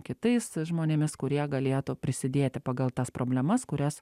kitais žmonėmis kurie galėtų prisidėti pagal tas problemas kurias